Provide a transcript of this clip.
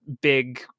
big